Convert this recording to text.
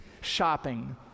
shopping